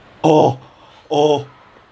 oh oh